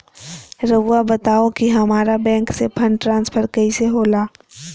राउआ बताओ कि हामारा बैंक से फंड ट्रांसफर कैसे होला?